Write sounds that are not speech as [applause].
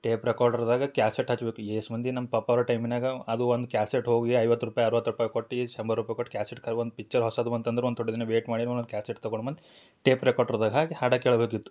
ಟೇಪ್ರೆಕಾರ್ಡದಾಗ cassette ಹಚ್ಬೇಕು ಏಸ್ ಮಂದಿ ನಮ್ಮ ಪಪ್ಪ ಅವ್ರ ಟೈಮಿನಾಗ ಅದು ಒಂದು ಕ್ಯಾಸೆಟ್ ಹೋಗಿ ಐವತ್ತು ರೂಪಾಯಿ ಅರವತ್ತು ರೂಪಾಯಿ ಕೊಟ್ಟು [unintelligible] ಕ್ಯಾಸೆಟ್ ತಕ ಬಂದು ಪಿಚ್ಚರ್ ಹೊಸದು ಬಂತು ಅಂದ್ರ ಒಂದು ತೋಡೆ ದಿನ ವೇಯ್ಟ್ ಮಾಡೇ ಮಾಡಿ ಒಂದು ಕ್ಯಾಸೆಟ್ ತಗೊಂಡು ಬಂದು ಟೇಪ್ರೆಕಾರ್ಡದಾಗ ಹಾಕಿ ಹಾಡ ಕೇಳಬೇಕಿತ್ತು